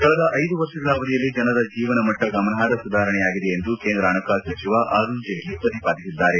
ಕಳೆದ ಐದು ವರ್ಷಗಳ ಅವಧಿಯಲ್ಲಿ ಜನರ ಜೀವನಮಟ್ಟ ಗಮನಾರ್ಪ ಸುಧಾರಣೆಯಾಗಿದೆ ಎಂದು ಕೇಂದ್ರ ಹಣಕಾಸು ಸಚಿವ ಅರುಣ್ ಜೇಟ್ಲ ಪ್ರತಿಪಾದಿಸಿದ್ದಾರೆ